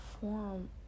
form